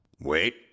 Wait